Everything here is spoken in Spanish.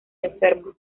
enfermo